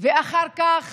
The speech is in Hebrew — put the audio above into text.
ואחר כך